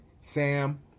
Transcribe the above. Sam